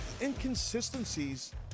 inconsistencies